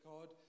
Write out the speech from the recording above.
God